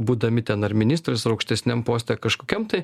būdami ten ar ministras ar aukštesniam poste kažkokiam tai